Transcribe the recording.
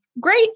great